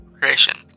creation